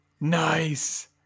Nice